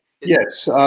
Yes